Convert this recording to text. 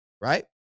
right